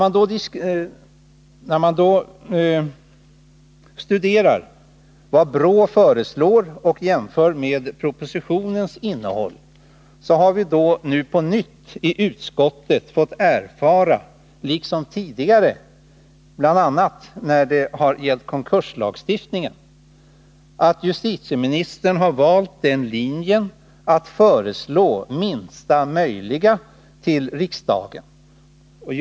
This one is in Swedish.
När man studerar vad BRÅ föreslår och jämför detta med propostionens innehåll, har vi i utskottet på nytt fått erfara att justitieministern har valt den linjen, att till riksdagen föreslå minsta möjliga. Detta har hänt tidigare, bl.a. när det gällde konkurslagstiftningen.